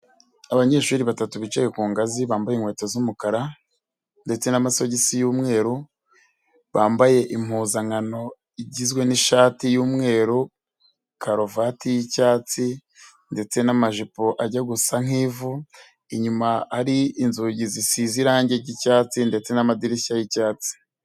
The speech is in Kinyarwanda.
Abanyeshuri batatu bicaye ku ngazi bambaye inkweto z'umukara, ndetse n'amasogisi y'umweru bambaye impuzankano igizwe n'ishati yumweru, karuvati y'icyatsi, ndetse n'amajipo ajya gusa nki'vu, inyuma ari inzugi zisize irangi ry'icyatsi ndetse n'amadirishya yi'cyatsi.